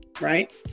right